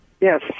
Yes